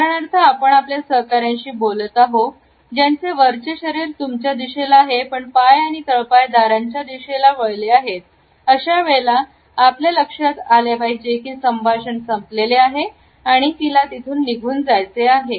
उदाहरणार्थ आपण आपल्या सहकार्यांशी बोलत आहोत ज्याचे वरचे शरीर तुमच्या दिशेला आहे पण पाय आणि तळपाय दारांच्या दिशेला वळले आहे अशा वेळेला आपल्या लक्षात आले पाहिजे की संभाषण संपलेले आहे आणि आणि तिला तेथून निघून जायचे आहे